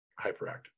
hyperactive